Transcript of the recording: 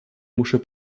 muszę